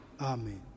Amen